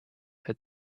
had